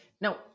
Now